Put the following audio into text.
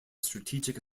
strategic